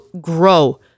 grow